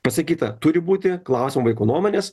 pasakyta turi būti klausiama vaiko nuomonės